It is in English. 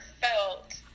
felt